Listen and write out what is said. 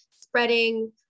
spreading